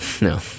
No